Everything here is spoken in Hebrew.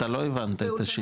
אתה לא הבנת את השיטה,